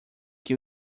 que